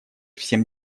всем